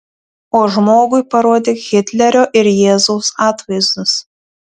o žmogui parodyk hitlerio ir jėzaus atvaizdus